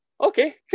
okay